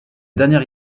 dernière